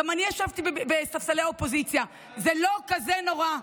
גם אני ישבתי בספסלי האופוזיציה, זה לא כזה נורא.